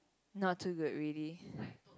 not too good really